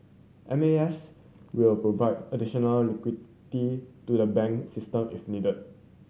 M A S will provide additional liquidity to the bank system if needed